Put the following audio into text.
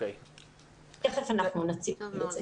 תכף נציג את זה.